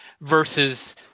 versus